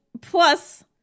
plus